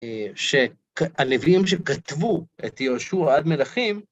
שהנביאים שכתבו את יהושע עד מלאכים,